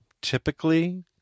typically